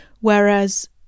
whereas